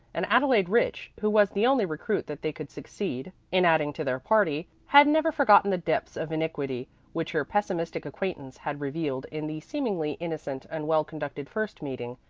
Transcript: and adelaide rich, who was the only recruit that they could succeed in adding to their party, had never forgotten the depths of iniquity which her pessimistic acquaintance had revealed in the seemingly innocent and well conducted first meeting,